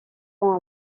ans